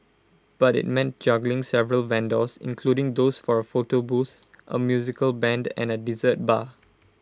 but IT meant juggling several vendors including those for A photo booth A musical Band and A dessert bar